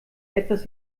etwas